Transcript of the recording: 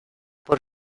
por